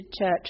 church